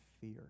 fear